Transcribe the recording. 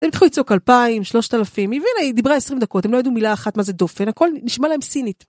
זה מתחיל לצעוק אלפיים, שלושת אלפים, היא מבינה, היא דיברה עשרים דקות, הם לא ידעו מילה אחת מה זה דופן, הכל נשמע להם סינית.